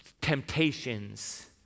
temptations